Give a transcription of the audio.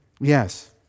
yes